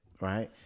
right